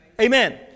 Amen